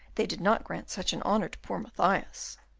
they did not grant such an honour to poor mathias.